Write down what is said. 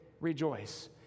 rejoice